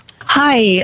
Hi